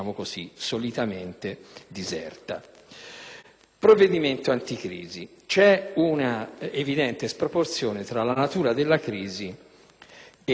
di legge anticrisi, c'è un'evidente sproporzione tra la natura della crisi e i provvedimenti.